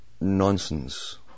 Nonsense